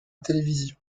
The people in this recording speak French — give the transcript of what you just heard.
télévision